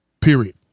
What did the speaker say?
period